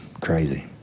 crazy